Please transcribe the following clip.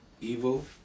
evil